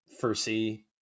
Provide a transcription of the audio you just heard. foresee